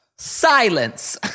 Silence